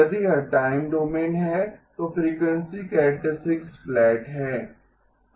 यदि यह time domain है तो फ़्रीक्वेंसी कैरेक्टरिस्टिक फ्लैट है